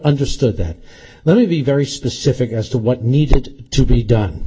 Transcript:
understood that let me be very specific as to what needed to be done